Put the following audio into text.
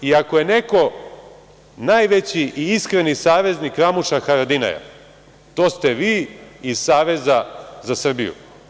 Ako je neko najveći i iskreni saveznik Ramuša Haradinaja, to ste vi iz Saveza za Srbiju.